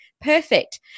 Perfect